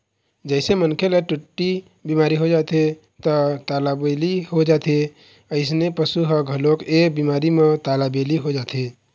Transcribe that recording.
जइसे मनखे ल टट्टी बिमारी हो जाथे त तालाबेली हो जाथे अइसने पशु ह घलोक ए बिमारी म तालाबेली हो जाथे